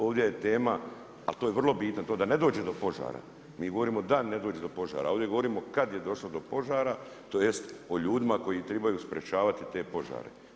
Ovdje je tema to je vrlo bitno to da ne dođe do požara, mi govorimo da ne dođe do požara a ovdje govorimo kad je došlo do požara tj. o ljudima koji trebaju sprječavati te požare.